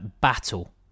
Battle